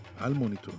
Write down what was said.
Al-Monitor